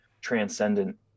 transcendent